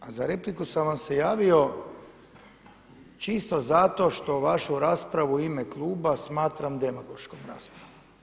A za repliku sam vam se javio čisto zato što vašu raspravu u ime kluba smatram demagoškom raspravom.